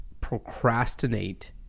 procrastinate